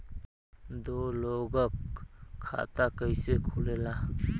दो लोगक खाता कइसे खुल्ला?